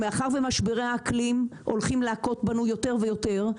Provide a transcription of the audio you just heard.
שמאחר שמשברי האקלים הולכים להכות בנו יותר ויותר,